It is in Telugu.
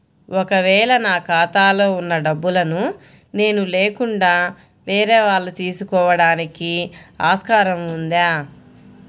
ఒక వేళ నా ఖాతాలో వున్న డబ్బులను నేను లేకుండా వేరే వాళ్ళు తీసుకోవడానికి ఆస్కారం ఉందా?